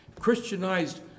Christianized